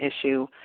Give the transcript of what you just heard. issue